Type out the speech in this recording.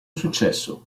successo